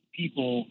people